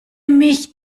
mich